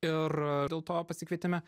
ir dėl to pasikvietėme